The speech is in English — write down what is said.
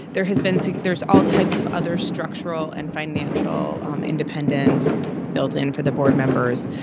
there has been so there's all types of other structural and financial um independence built in for the board members.